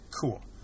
cool